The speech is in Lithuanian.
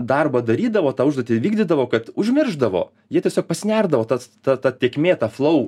darbą darydavo tą užduotį įvykdydavo kad užmiršdavo jie tiesiog pasinerdavo tas ta ta tėkmė tą flau